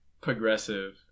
progressive